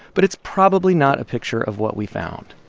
but it's probably not a picture of what we found.